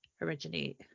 originate